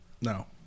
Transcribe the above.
No